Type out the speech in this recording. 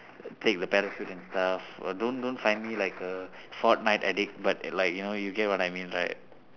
take the parachute and stuff don't don't find me like a fortnight addict but like you know you get what I mean right